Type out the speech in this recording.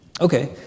Okay